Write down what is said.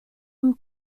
tukum